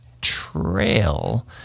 trail